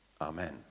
Amen